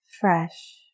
fresh